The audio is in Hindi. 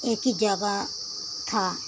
एक ही जगह था